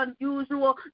unusual